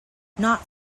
not